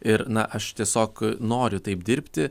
ir na aš tiesiog noriu taip dirbti